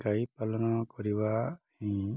ଗାଈ ପାଲନ କରିବା ହିଁ